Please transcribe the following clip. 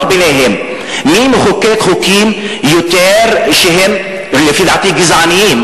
ביניהן מי מחוקק יותר חוקים שהם לפי דעתי גזעניים,